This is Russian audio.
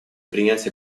принять